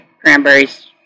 cranberries